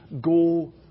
go